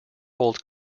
holds